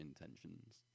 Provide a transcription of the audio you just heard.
intentions